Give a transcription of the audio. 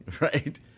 right